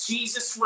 Jesus